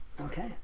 Okay